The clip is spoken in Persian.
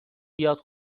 بیاد